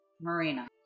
Marina